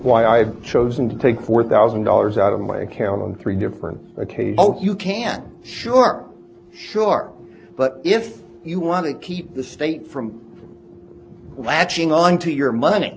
why i have chosen to take four thousand dollars out of my account on three different occasions you can sure sure but if you want to keep the state from latching on to your money